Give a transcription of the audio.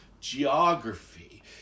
geography